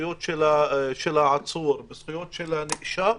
בזכויות העצור והנאשם,